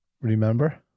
Remember